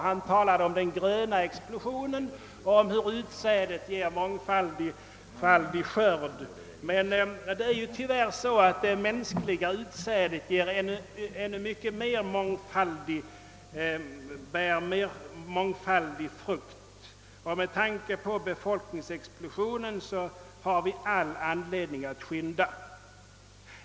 Han talade om »den gröna explosionen» och om hur nya utexperimenterade utsäden ger mångfaldig skörd men tyvärr bär det mänskliga utsädet i än högre grad mångfaldig frukt. Med tanke på befolkningsexplosionen har vi all anledning att skynda.